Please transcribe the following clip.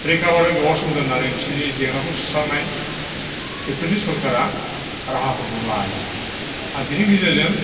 रैखाबादाव गोबां सम दोननानै बिसोरनि जेंनाखौ सुस्रांनाय बेफोरनि सोरकारा राहाफोरखौ लायो आरो बेनि गेजेरजों